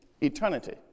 eternity